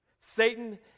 Satan